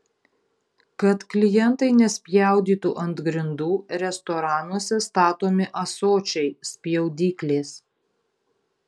kad klientai nespjaudytų ant grindų restoranuose statomi ąsočiai spjaudyklės